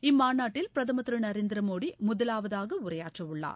இம்மாநாட்டில் பிரதமர் திரு நரேந்திர மோடி முதலாவதாக உரையாற்ற உள்ளார்